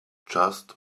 just